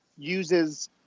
uses